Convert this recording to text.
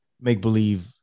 make-believe